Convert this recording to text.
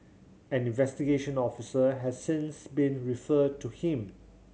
an investigation officer has since been referred to him